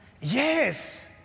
Yes